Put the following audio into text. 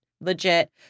legit